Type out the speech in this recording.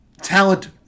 talent